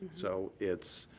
so it's